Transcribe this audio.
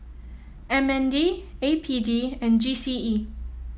M N D A P D and G C E